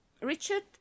Richard